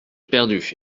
perdu